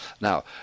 Now